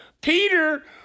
Peter